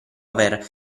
aver